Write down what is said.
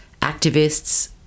activists